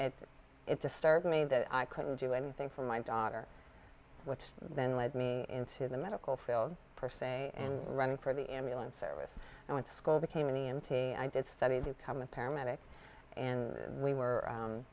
and it disturbed me that i couldn't do anything for my daughter which then led me into the medical field per se and running for the ambulance service i went to school became an e m t i did study to become a paramedic and we were